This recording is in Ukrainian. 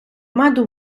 меду